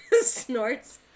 snorts